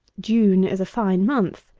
june is a fine month.